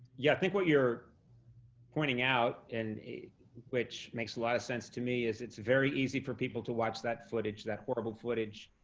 yeah, i think what you're pointing out and which makes a lot of sense to me, is it's very easy for people to watch that footage, that horrible footage,